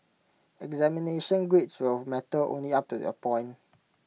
examination grades will matter only up A point